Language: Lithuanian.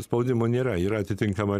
spaudimo nėra yra atitinkama